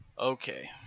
Okay